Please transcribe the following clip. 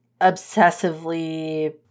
obsessively